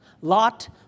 Lot